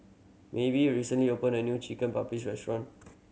Maeve recently opened a new Chicken Paprikas Restaurant